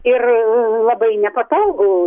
ir labai nepatogu